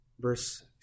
verse